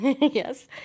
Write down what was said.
yes